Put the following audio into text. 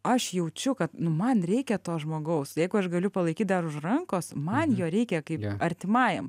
aš jaučiu kad nu man reikia to žmogaus jeigu aš galiu palaikyt dar už rankos man jo reikia kaip artimajam